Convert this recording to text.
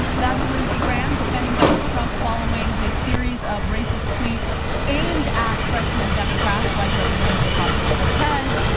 that's lindsey graham defending donald trump following his series of racist tweets aimed at freshmen democrats like representative ocasio cortez,